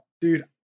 dude